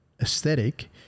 aesthetic